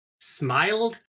smiled